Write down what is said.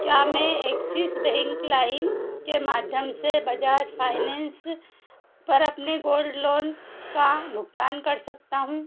क्या मैं Axis bank Lime के माध्यम से बजाज फाइनेंस पर अपने गोल्ड लोन का भुगतान कर सकता हूँ